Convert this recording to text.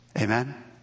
Amen